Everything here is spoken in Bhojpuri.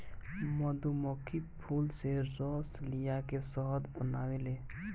मधुमक्खी फूल से रस लिया के शहद बनावेले